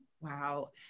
Wow